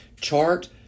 chart